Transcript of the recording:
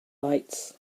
lights